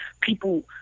people